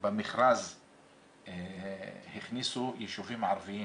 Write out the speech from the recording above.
במכרז הכניסו יישובים ערביים,